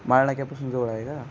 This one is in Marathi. माळनाक्यापासून जवळ आहे का